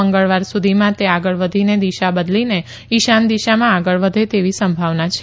મંગળવાર સુધીમાં તે આગળ વધીને દિશા બદલીને ઈશાન દિશામાં આગળ વધે તેવી સંભાવના છે